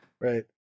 right